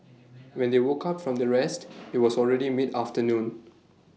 when they woke up from their rest IT was already mid afternoon